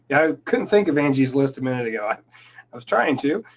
i couldn't think of angie's list a minute ago. i was trying to.